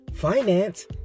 Finance